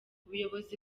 ubuyobozi